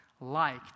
liked